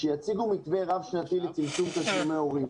שיציגו מתווה רב שנתי לצמצום תשלומי הורים.